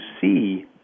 see